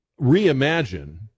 reimagine